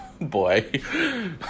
boy